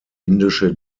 indische